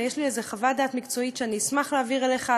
ויש לי איזו חוות דעת מקצועית שאני אשמח להעביר אליך,